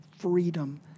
Freedom